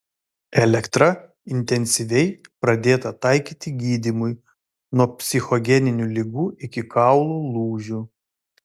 elektra intensyviai pradėta taikyti gydymui nuo psichogeninių ligų iki kaulų lūžių